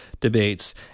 debates